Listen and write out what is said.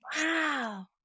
Wow